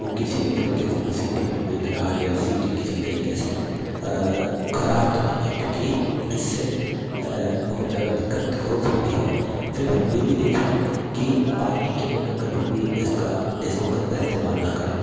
वो किसी भी तरीक़े से वो सिटी में कोई दरार या सीटी किसी तरीक़े से ख़राब तो नहीं हैं क्योंकि इससे बहुत ज़्यादा दिक्कत हो सकती है फिर हम ये भी देखे हैं कि पानी के बिना कभी भी इसका इस कुकर का इस्तेमाल ना करें